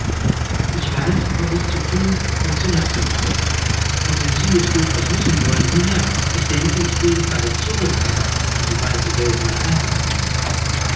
ich weiß was ich zu tun und zu lassen habe und wenn sie es durchaus wissen willen nun ja ich denke ich gehe bald zurück in die weite welt meiner heimat